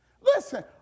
Listen